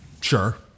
sure